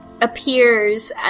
appears